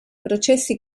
processi